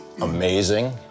amazing